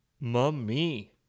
Mummy